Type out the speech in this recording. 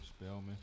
Spellman